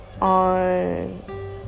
on